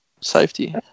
safety